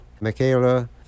Michaela